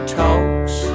talks